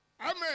Amen